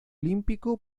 olímpico